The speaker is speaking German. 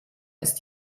ist